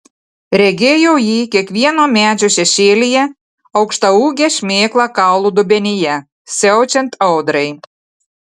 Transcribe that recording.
regėjau jį kiekvieno medžio šešėlyje aukštaūgę šmėklą kaulų dubenyje siaučiant audrai